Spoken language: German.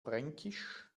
fränkisch